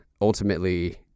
ultimately